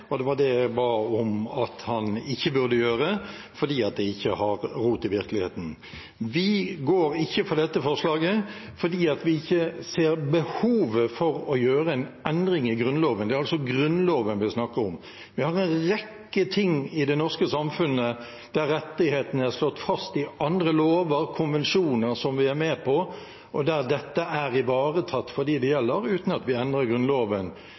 det. Det var det jeg ba om at han ikke burde gjøre, fordi det ikke har rot i virkeligheten. Vi går ikke inn for dette forslaget, for vi ser ikke behovet for å gjøre en endring i Grunnloven – det er altså Grunnloven vi snakker om. Vi har en rekke ting i det norske samfunnet der rettighetene er slått fast i andre lover, i konvensjoner som vi er med på, og der dette er ivaretatt for dem det gjelder, uten at vi endrer Grunnloven.